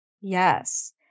yes